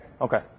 Okay